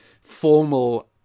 formal